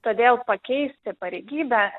todėl pakeisti pareigybę